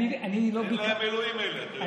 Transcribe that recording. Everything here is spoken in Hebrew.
אין להם אלוהים, אלה, אתה יודע.